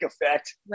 effect